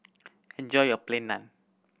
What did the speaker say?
enjoy your Plain Naan